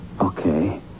Okay